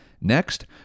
Next